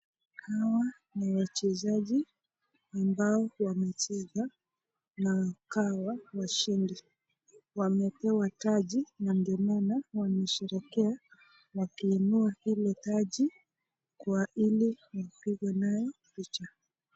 Hawa ni wachezaji ambao wamecheza na wakawa washindi, wamepewa tachi na ndio maana wanasherekea na kuinua ile tachi kwa ili wapige nayo picha.